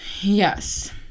yes